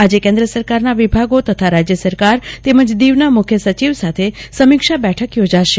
આજે કેન્દ્ર સરકારના વિભાગો તથા રાજ્ય સરકાર તેમજ દીવના મુખ્ય્ સચિવ સાથે સમીક્ષા બેઠક યોજશે